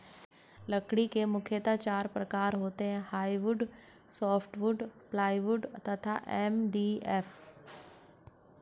लकड़ी के मुख्यतः चार प्रकार होते हैं जैसे हार्डवुड, सॉफ्टवुड, प्लाईवुड तथा एम.डी.एफ